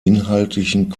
inhaltlichen